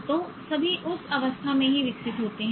तो सभी उस अवस्था में ही विकसित होते हैं